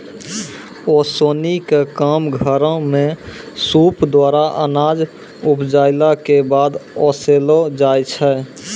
ओसौनी क काम घरो म सूप द्वारा अनाज उपजाइला कॅ बाद ओसैलो जाय छै?